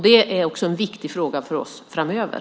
Det är en viktig fråga för oss framöver.